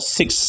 six